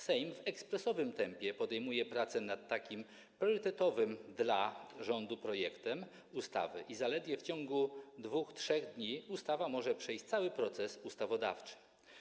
Sejm w ekspresowym tempie podejmuje prace nad takim priorytetowym dla rządu projektem ustawy i zaledwie w ciągu 2–3 dni ustawa może przejść cały proces ustawodawczy.